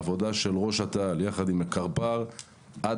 עבודה של ראש אט"ל יחד עם הקרפ"ר (קצין